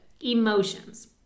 emotions